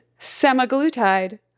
semaglutide